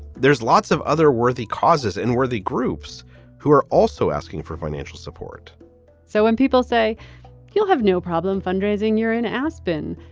there's lots of other worthy causes and worthy groups who are also asking for financial support so when people say you'll have no problem fundraising, you're in aspen.